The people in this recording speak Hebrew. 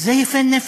זה להיות יפה-נפש,